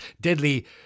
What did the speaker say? deadly